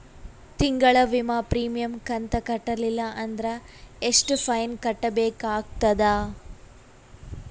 ತಿಂಗಳ ವಿಮಾ ಪ್ರೀಮಿಯಂ ಕಂತ ಕಟ್ಟಲಿಲ್ಲ ಅಂದ್ರ ಎಷ್ಟ ಫೈನ ಕಟ್ಟಬೇಕಾಗತದ?